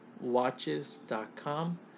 watches.com